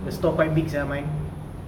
the store quite big sia mine